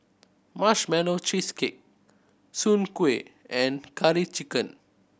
Marshmallow Cheesecake Soon Kueh and Curry Chicken